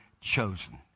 chosen